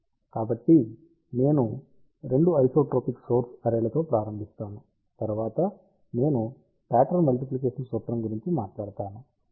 కాబట్టి నేను 2 isotropic source array లతో ప్రారంభిస్తాను తరువాత నేను ప్యాట్రన్ మల్టిప్లికేషన్ సూత్రం గురించి మాట్లాడతాను